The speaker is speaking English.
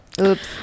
Oops